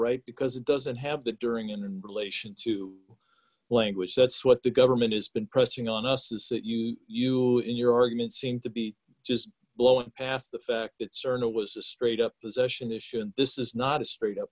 right because it doesn't have that during in relation to language that's what the government has been pressing on us is that you you in your argument seem to be just blowing past the fact that cerner was a straight up position ition this is not a straight